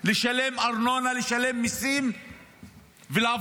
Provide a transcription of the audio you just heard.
לשלם ארנונה, לשלם מיסים ולעבוד,